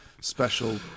special